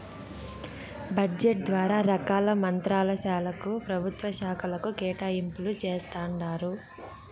budget ద్వారా రకాల మంత్రుల శాలకు, పెభుత్వ శాకలకు కేటాయింపులు జేస్తండారు